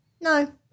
No